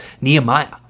Nehemiah